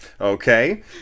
Okay